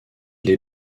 les